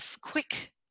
quick